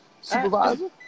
Supervisor